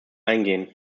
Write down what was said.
eingehen